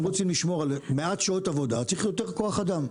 אם רוצים לשמור על מעט שעות עבודה צריך יותר כוח אדם.